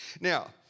Now